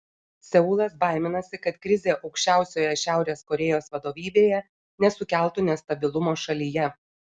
seulas baiminasi kad krizė aukščiausioje šiaurės korėjos vadovybėje nesukeltų nestabilumo šalyje